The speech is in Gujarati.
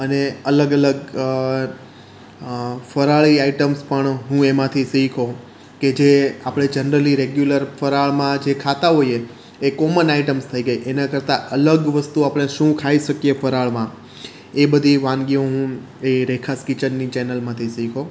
અને અલગ અલગ ફરાળી આઇટમ્સ પણ હું એમાંથી શીખ્યો કે જે આપણે જનરલી રેગ્યુલર ફરાળમાં જે ખાતા હોઈએ એ કોમન આઈટમ્સ થઈ ગઈ એના કરતાં અલગ વસ્તુ આપણે શું ખાઈ શકીએ ફરાળમાં એ બધી વાનગીઓ હું એ રેખાસ કિચનની ચેનલમાંથી શીખ્યો